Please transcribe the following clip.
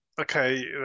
Okay